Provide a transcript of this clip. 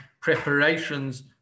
preparations